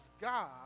god